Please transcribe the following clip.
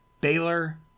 Baylor